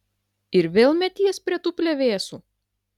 ir vėl meties prie tų plevėsų